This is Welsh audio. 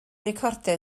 recordiau